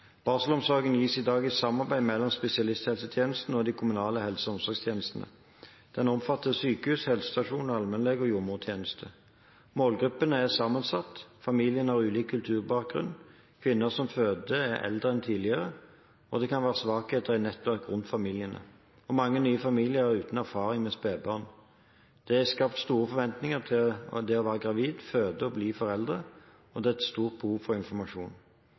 Barselomsorgen gis i dag i samarbeid mellom spesialisthelsetjenesten og de kommunale helse- og omsorgstjenestene. Den omfatter sykehus, helsestasjoner og allmennlege- og jordmortjenester. Målgruppen er sammensatt. Familiene har ulik kulturbakgrunn, kvinner som føder, er eldre enn tidligere, det kan være svakt nettverk rundt familiene, og mange nye familier er uten erfaring med spedbarn. Det er skapt store forventninger til det å være gravid, føde og bli foreldre, og det er et stort behov for informasjon.